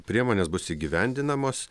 priemonės bus įgyvendinamos